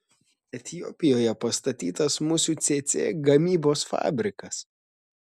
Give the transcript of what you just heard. etiopijoje pastatytas musių cėcė gamybos fabrikas